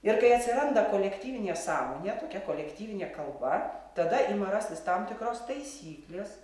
ir kai atsiranda kolektyvinė sąmonė tokia kolektyvinė kalba tada ima rastis tam tikros taisyklės